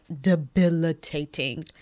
debilitating